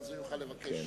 הוא יוכל לבקש,